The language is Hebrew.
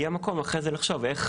יהיה מקום אחרי לחשוב איך